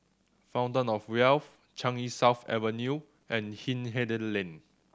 Fountain Of Wealth Changi South Avenue and Hindhede Lane